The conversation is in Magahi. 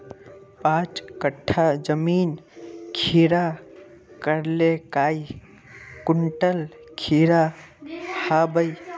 पाँच कट्ठा जमीन खीरा करले काई कुंटल खीरा हाँ बई?